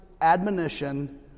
admonition